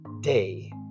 Day